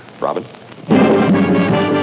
Robin